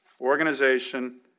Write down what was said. organization